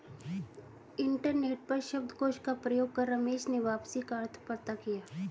internet पर शब्दकोश का प्रयोग कर रमेश ने वापसी का अर्थ पता किया